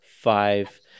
five